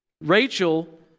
Rachel